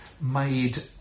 made